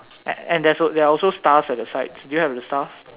and and there are also stars at the side do you have the stars